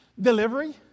delivery